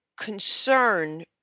concern